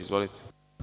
Izvolite.